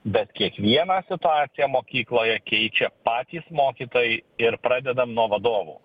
bet kiekvieną situaciją mokykloje keičia patys mokytojai ir pradedam nuo vadovų